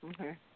Okay